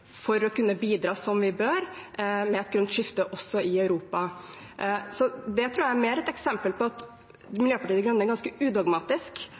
for å kunne bidra, som vi bør, til et grønt skifte også i Europa. Så det tror jeg er mer et eksempel på at Miljøpartiet De Grønne er ganske udogmatisk